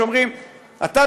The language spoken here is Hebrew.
כשאומרים: אתה,